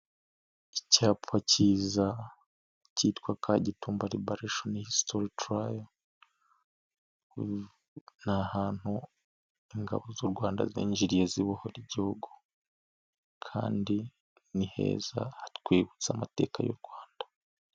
Icyapa kiza cyitwa Kagitumbalibaration history trio. Ii ahantu heza ingabo z'u Rwanda zinjiriye zibohora igihugu kandi niheza hatwibutsa amateka y'u Rwanda.